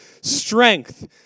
strength